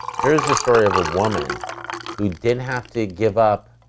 here's a story of a woman who didn't have to give up